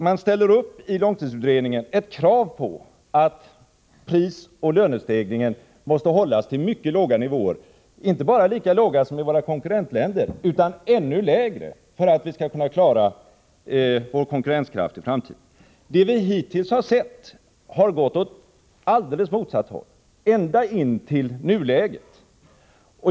Man ställer i långtidsutredningen upp kravet på att prisoch lönestegringen skall hållas på mycket låga nivåer — inte bara lika låga som i våra konkurrentländer utan ännu lägre — för att vi skall kunna behålla vår konkurrenskraft i framtiden. Att döma av det vi hittills sett har det gått åt alldeles motsatt håll, ända fram till nuläget.